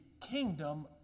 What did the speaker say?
kingdom